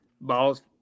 balls